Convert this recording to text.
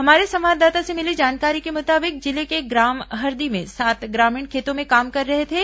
हमारे संवाददाता से मिली जानकारी के मुताबिक जिले के ग्राम हरदी में सात ग्रामीण खेतों में काम कर रहे थे